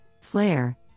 FLARE